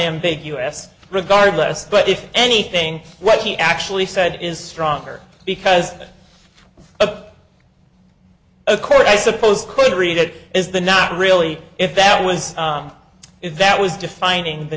ambiguous regardless but if anything what he actually said is stronger because of a court i suppose could read it is the not really if that was if that was defining the